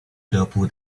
俱乐部